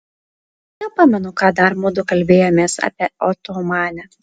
nepamenu ką dar mudu kalbėjomės apie otomanę